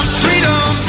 freedom